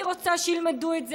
אני רוצה שילמדו את זה.